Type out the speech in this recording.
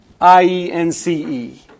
I-E-N-C-E